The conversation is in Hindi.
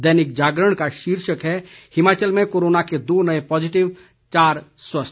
दैनिक जागरण का शीर्षक है हिमाचल में कोरोना के दो नए पॉजिटिव चार स्वस्थ